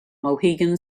mohegan